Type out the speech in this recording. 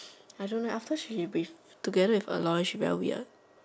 I don't know after she with together with Aloy she very weird